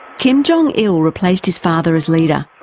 kim jong-il replaced his father as leader,